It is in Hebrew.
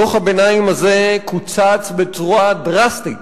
דוח הביניים הזה קוצץ בצורה דרסטית